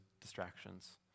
distractions